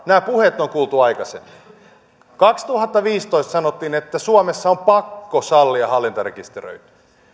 nämä puheet on kuultu aikaisemmin kaksituhattaviisitoista sanottiin että suomessa on pakko sallia hallintarekisteröinti